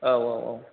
औ औ औ